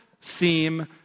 seem